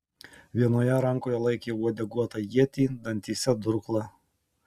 vienoje rankoje laikė uodeguotą ietį dantyse durklą